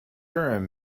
and